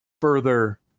further